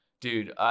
Dude